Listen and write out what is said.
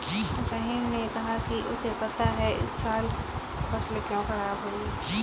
रहीम ने कहा कि उसे पता है इस साल फसल क्यों खराब हुई